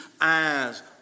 eyes